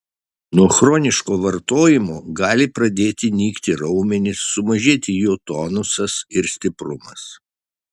nuo chroniško vartojimo gali pradėti nykti raumenys sumažėti jų tonusas ir stiprumas